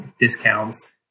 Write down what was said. discounts